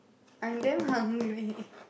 I'm damn hungry